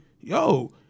yo